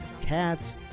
cats